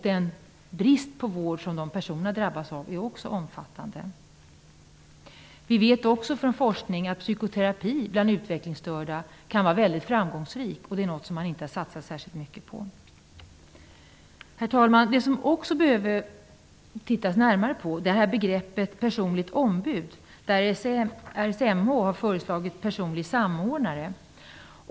Den brist på vård som dessa personer drabbas av är omfattande. Vi vet från forskning att psykoterapi bland utvecklingsstörda kan vara väldigt framgångsrik. Detta är något som man inte har satsat särskilt mycket på. Herr talman! Något som man också behöver titta närmare på är begreppet personligt ombud. RSMH har föreslagit personlig samordnare.